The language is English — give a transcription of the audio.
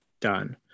done